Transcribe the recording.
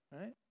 Right